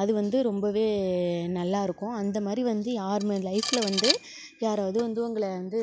அது வந்து ரொம்பவே நல்லா இருக்கும் அந்த மாரி வந்து யாருமே லைஃப்பில் வந்து யாராவது வந்து உங்களை வந்து